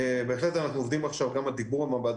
בהחלט אנחנו עובדים עכשיו גם על המעבדות